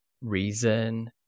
reason